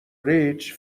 ریچ